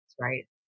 Right